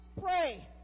pray